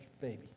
baby